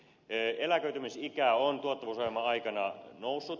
eläköitymisikä on tuottavuusohjelman aikana noussut